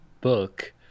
book